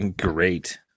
Great